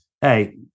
hey